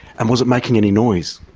and was it making any noise?